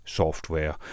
software